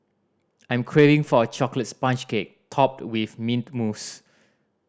I'm craving for a chocolate sponge cake topped with mint mousse